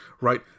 right